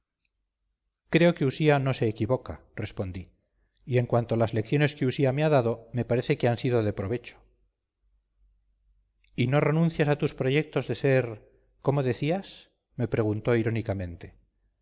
creo que usía no se equivoca respondí y en cuanto a las lecciones que usía me ha dado me parece que han sido de provecho y no renuncias a tus proyectos de ser como decías me preguntó irónicamente